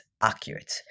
accurate